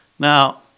Now